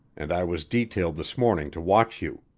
and i was detailed this morning to watch you.